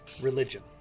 religion